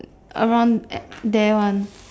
around at there [one]